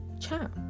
chat